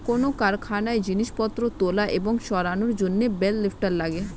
কোন কারখানায় জিনিসপত্র তোলা এবং সরানোর জন্যে বেল লিফ্টার লাগে